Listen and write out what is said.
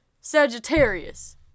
Sagittarius